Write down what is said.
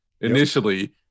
initially